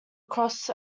across